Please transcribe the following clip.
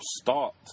start